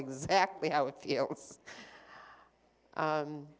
exactly how it feels